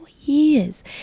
years